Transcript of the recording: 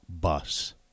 bus